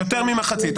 יותר ממחצית.